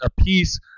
apiece